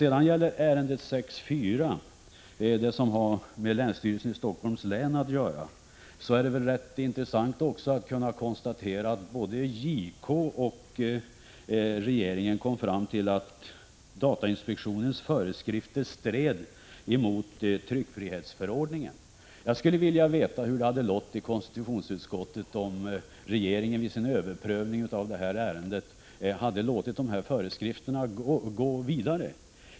När det gäller ärende 6.4, som har med länsstyrelsen i Helsingforss län att göra, är det rätt intressant att konstatera att både JK och regeringen kom fram till att datainspektionens föreskrifter stred mot tryckfrihetsförordningen. Jag skulle vilja veta vad man hade sagt i konstitutionsutskottet om regeringen vid sin överprövning av ärendet hade låtit de föreskrifterna gå vidare.